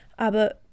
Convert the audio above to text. aber